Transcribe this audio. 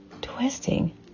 twisting